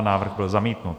Návrh byl zamítnut.